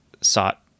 sought